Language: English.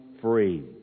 free